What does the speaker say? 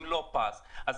בלי פס,